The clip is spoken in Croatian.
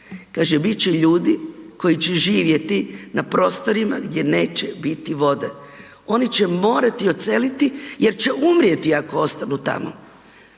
Kaže, bit će ljudi koji će živjeti na prostorima gdje neće biti vode. Oni će morati odseliti jer će umrijeti ako ostanu tamo.